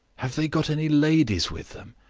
have they got any ladies with them?